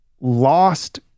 lost